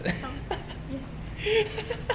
冬 yes